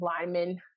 linemen